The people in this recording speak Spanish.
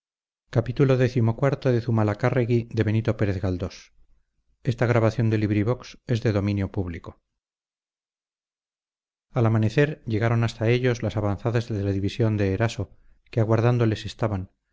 al amanecer llegaron hasta ellos las avanzadas de la división de eraso que aguardándoles estaban